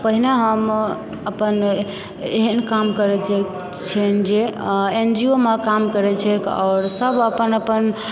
पहिने हम अपन एहन काम करैत छियनि जे एन जी ओ मे काम करैत छैक आओर सभ अपन अपन